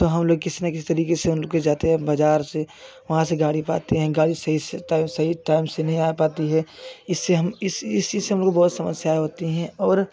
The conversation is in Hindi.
तो हम लोग किसी ना किस तरीके से उनके जाते हैं बाजार से वहाँ से गाड़ी पाते हैं गाड़ी सहित टाइम से नहीं आ पाती है इससे हम इस इसी से हमको बहुत समस्याएँ होती हैं और